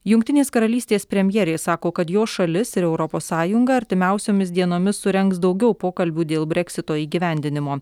jungtinės karalystės premjerė sako kad jos šalis ir europos sąjunga artimiausiomis dienomis surengs daugiau pokalbių dėl breksito įgyvendinimo